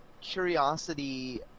curiosity